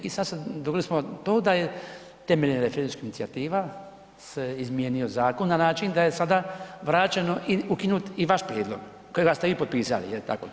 I sada dobili smo to da je temeljem referendumskih inicijativa se izmijenio zakon na način da je sada vraćen i ukinut i vaš prijedlog kojega ste vi potpisali jel tako.